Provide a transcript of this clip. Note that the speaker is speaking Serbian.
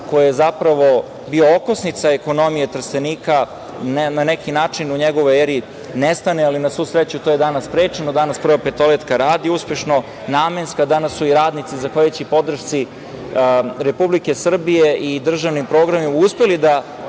koji je bio okosnica ekonomije Trstenika, na neki način u njegovoj eri, nestane. Na svu sreću, to je danas sprečeno. Danas Prva petoljetka radi uspešno, Namenska. Danas su i radnici, zahvaljujući podršci Republike Srbije i državnim programima, uspeli da